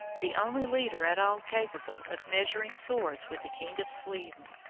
the only leader at all capable of measuring swords with the king of sweden.